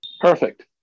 Perfect